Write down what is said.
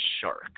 shark